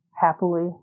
happily